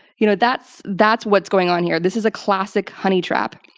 you know. that's that's what's going on here. this is a classic honey trap.